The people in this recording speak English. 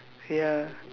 ya